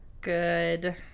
Good